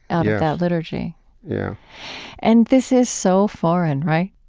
out of that liturgy yeah and this is so foreign, right,